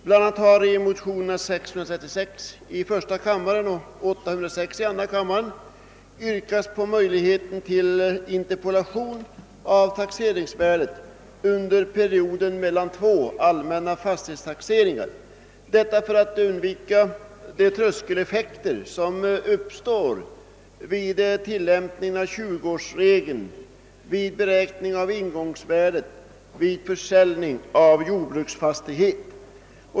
Bl.a. har i motionerna 1I:636 och II: 806 yrkats på möjligheter till interpolation av taxeringsvärdet under perioden mellan två allmänna fastighetstaxeringar, detta för att undvika de tröskeleffekter som uppstår vid tillämpningen av tjugoårsregeln vid beräkning av ingångsvärdet i samband med försäljning av jordbruksfastighet.